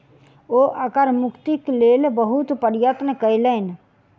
ओ कर मुक्तिक लेल बहुत प्रयत्न कयलैन